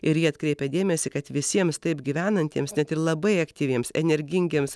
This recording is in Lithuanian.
ir ji atkreipia dėmesį kad visiems taip gyvenantiems net ir labai aktyviems energingiems